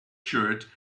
shirt